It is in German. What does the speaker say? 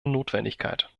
notwendigkeit